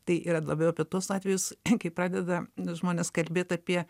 tai yra labiau apie tuos atvejus kai pradeda žmonės kalbėt apie